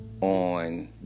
On